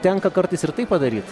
tenka kartais ir tai padaryt